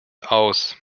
aus